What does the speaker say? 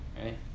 Right